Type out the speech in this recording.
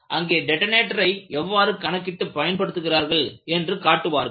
அங்கே டெட்டனேட்டரை எவ்வாறு கணக்கிட்டு பயன்படுத்துகிறார்கள் என்று காட்டுவார்கள்